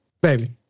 baby